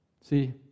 See